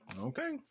Okay